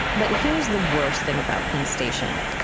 but here's the worst thing about penn station.